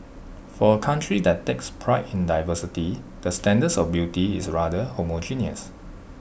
for A country that takes pride in diversity the standards of beauty is rather homogeneous